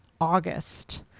August